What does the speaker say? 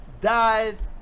dive